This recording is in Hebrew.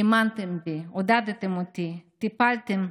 האמנתם בי, עודדתם אותי, טיפלתם,